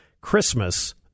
Christmas